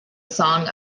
song